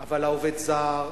אבל העובד הזר,